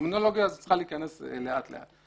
והטרמינולוגיה הזאת צריכה להיכנס לאט-לאט.